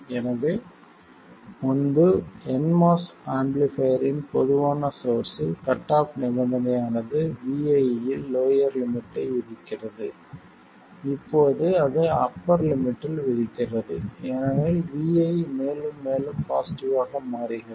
எனவே முன்பு nMOS ஆம்ப்ளிஃபையரின் பொதுவான சோர்ஸ்ஸில் கட் ஆஃப் நிபந்தனையானது vi யில் லோயர் லிமிட்டை விதிக்கிறது இப்போது அது அப்பர் லிமிட்டில் விதிக்கிறது ஏனெனில் vi மேலும் மேலும் பாசிட்டிவ் ஆக மாறுகிறது